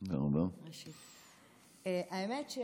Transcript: האמת,